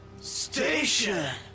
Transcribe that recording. Station